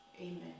Amen